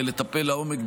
ולטפל לעומק,